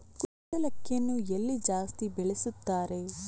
ಕುಚ್ಚಲಕ್ಕಿಯನ್ನು ಎಲ್ಲಿ ಜಾಸ್ತಿ ಬೆಳೆಸುತ್ತಾರೆ?